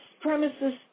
premises